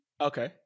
okay